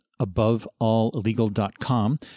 abovealllegal.com